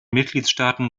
mitgliedstaaten